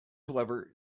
however